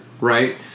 right